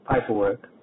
Paperwork